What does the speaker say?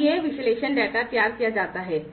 यह विश्लेषण डेटा तैयार किया जाता है